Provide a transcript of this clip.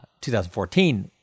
2014